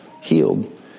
healed